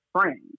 friends